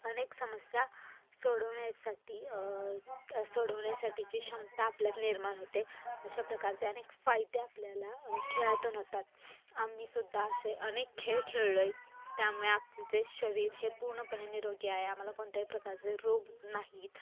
अनेक समस्या सोडवण्यासाठी सोडवण्यासाठीची क्षमता आपल्यात निर्माण होते अशा प्रकारचे अनेक फायदे आपल्याला खेळातून होतात आम्ही सुद्धा असे अनेक खेळ खेळलो आहे त्यामुळे आमचे शरीर हे पूर्णपणे निरोगी आहे आम्हाला कोणत्याही प्रकारचे रोग नाहीत